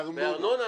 בארנונה בארנונה.